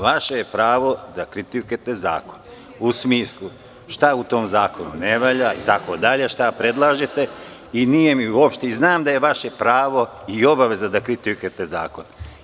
Vaše je pravo da kritikujete zakon u smislu šta u tom zakonu ne valja itd, šta predlažete i znam da je vaše pravo i obaveza da kritikujete zakon.